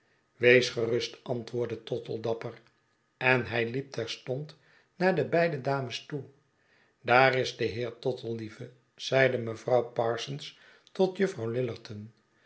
wees gerust antwoordde tottle dapper en hij liep terstond naar de beide dames toe daar is de heer tottle lieve zeide mevrouw parsons tot juffrouw lillerton